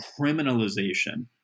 criminalization